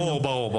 ברור.